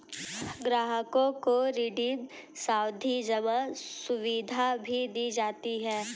ग्राहकों को रिडीम सावधी जमा सुविधा भी दी जाती है